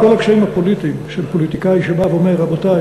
עם כל הקשיים הפוליטיים של פוליטיקאי שבא ואומר: רבותי,